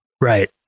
Right